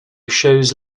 shows